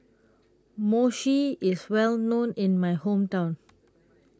Mochi IS Well known in My Hometown